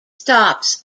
stops